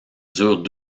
dure